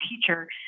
teacher